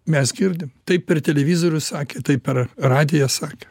mes girdim tai per televizorių sakė tai per radiją sakė